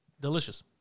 delicious